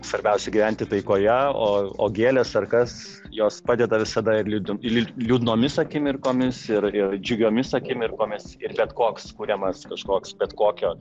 svarbiausia gyventi taikoje o o gėlės ar kas jos padeda visada ir liūd ir liūdnomis akimirkomis ir ir džiugiomis akimirkomis ir bet koks kuriamas kažkoks bet kokio